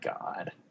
God